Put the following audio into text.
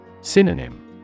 Synonym